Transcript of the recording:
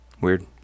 weird